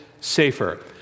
safer